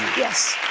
yes.